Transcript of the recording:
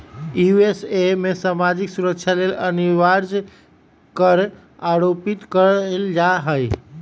USA में सामाजिक सुरक्षा लेल अनिवार्ज कर आरोपित कएल जा हइ